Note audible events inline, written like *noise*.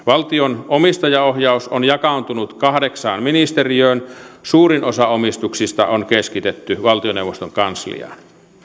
*unintelligible* valtion omistajaohjaus on jakaantunut kahdeksaan ministeriöön suurin osa omistuksista on keskitetty valtioneuvoston kansliaan